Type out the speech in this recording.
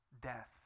death